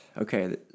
okay